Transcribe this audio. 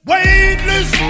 Weightless